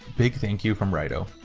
big thank you from raito.